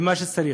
ומה שצריך.